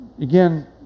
again